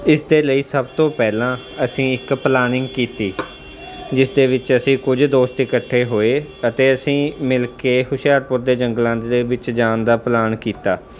ਇਸ ਦੇ ਲਈ ਸਭ ਤੋਂ ਪਹਿਲਾਂ ਅਸੀਂ ਇੱਕ ਪਲਾਨਿੰਗ ਕੀਤੀ ਜਿਸ ਦੇ ਵਿੱਚ ਅਸੀਂ ਕੁਝ ਦੋਸਤ ਇਕੱਠੇ ਹੋਏ ਅਤੇ ਅਸੀਂ ਮਿਲ ਕੇ ਹੁਸ਼ਿਆਰਪੁਰ ਦੇ ਜੰਗਲਾਂ ਦੇ ਵਿੱਚ ਜਾਣ ਦਾ ਪਲਾਨ ਕੀਤਾ